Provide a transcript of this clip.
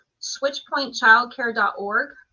switchpointchildcare.org